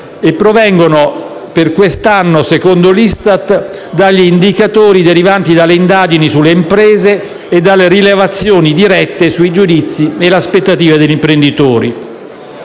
e provengono per quest'anno, secondo l'ISTAT, dagli indicatori derivanti dalle indagini sulle imprese e dalle rilevazioni dirette sui giudizi e le aspettative degli imprenditori.